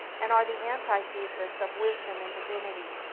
and are the antithesis of wisdom and divinity.